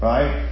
Right